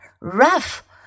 rough